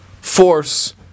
force